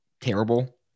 terrible